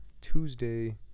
Tuesday